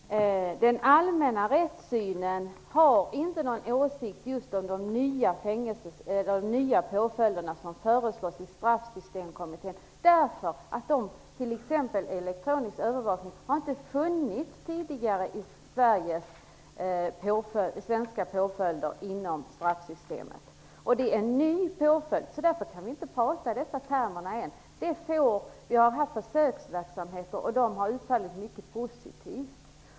Herr talman! Vad gäller den allmänna rättssynen har man inte någon åsikt om de nya påföljder som föreslås av Straffsystemkommittén. Sådana påföljder, t.ex. elektronisk övervakning, fanns ju inte tidigare i det svenska straffsystemet. Eftersom det är en ny påföljd kan vi inte prata i de termerna ännu. Vi har haft försöksverksamhet som har utfallit mycket positivt.